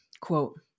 quote